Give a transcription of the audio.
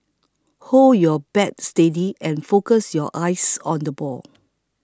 hold your bat steady and focus your eyes on the ball